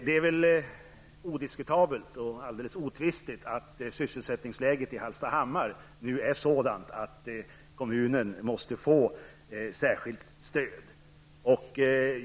Det är väl odiskutabelt och alldeles otivstigt att sysselsättningsläget i Hallstahammar nu är sådant att kommunen måste få särskilt stöd.